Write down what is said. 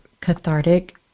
cathartic